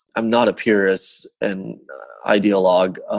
i'm not a purist and ideologue. ah